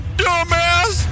dumbass